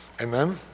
Amen